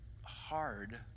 hard